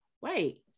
wait